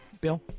Bill